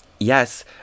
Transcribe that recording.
yes